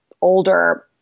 older